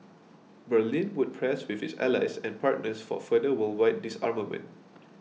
Berlin would press with its allies and partners for further worldwide disarmament